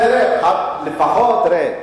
לפחות, תראה,